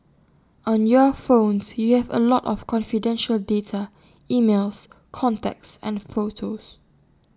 on your phones you have A lot of confidential data emails contacts photos